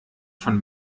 von